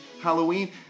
Halloween